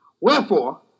Wherefore